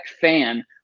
fan